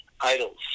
idols